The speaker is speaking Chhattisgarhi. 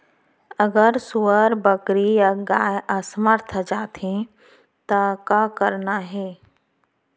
अगर सुअर, बकरी या गाय असमर्थ जाथे ता का करना हे?